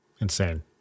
Insane